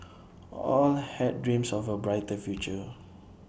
all had dreams of A brighter future